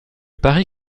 parie